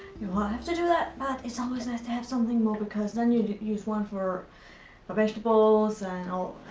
you ah have to do that, but it's always and to have something more because then you use one for for vegatables and